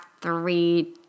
three